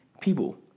People